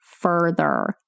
further